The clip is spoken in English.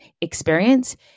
experience